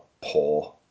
poor